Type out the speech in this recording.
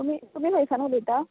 तुमी तुमी खंयसान उलयता